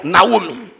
Naomi